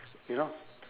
you know